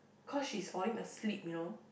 cause she's falling asleep you know